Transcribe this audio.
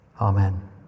Amen